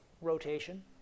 Rotation